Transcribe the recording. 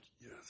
yes